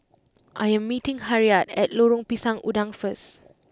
I am meeting Harriette at Lorong Pisang Udang first